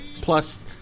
Plus